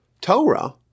Torah